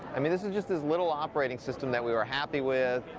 i mean this is just this little operating system that we're happy with.